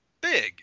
big